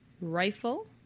rifle